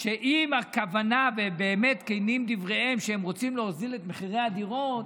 שאם זו הכוונה ובאמת כנים דבריהם שהם רוצים להוריד את מחירי הדירות,